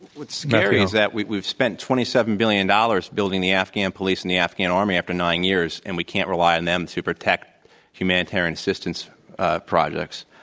what's scary is that we've spent twenty seven billion dollars building the afghan police and the afghan army after nine years, and we can't rely on them to protect humanitarian assistance projects.